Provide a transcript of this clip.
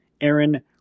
Aaron